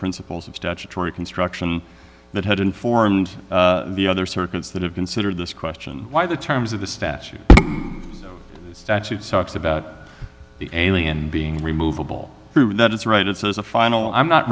principles of statutory construction that had informed the other circuits that have considered this question why the terms of the statute statutes talks about the alien being removeable through that it's right it's as a final i'm not